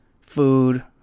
food